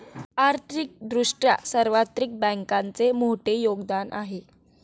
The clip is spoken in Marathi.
आर्थिक दृष्ट्या सार्वत्रिक बँकांचे मोठे योगदान आहे